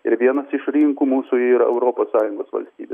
ir vienas iš rinkų mūsų yra europos sąjungos valstybė